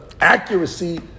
accuracy